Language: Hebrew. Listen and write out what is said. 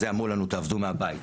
אמרו לנו, תעבדו מהבית.